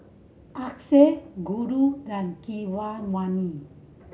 Akshay Guru than Keeravani